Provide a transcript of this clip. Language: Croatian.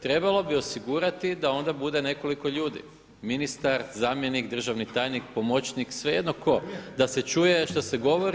Trebalo bi osigurati da onda bude nekoliko ljudi ministar, zamjenik, državni tajnik, pomoćnik, svejedno tko da se čuje šta se govori.